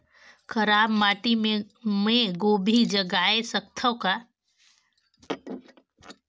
खराब माटी मे गोभी जगाय सकथव का?